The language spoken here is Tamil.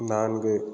நான்கு